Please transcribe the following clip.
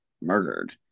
murdered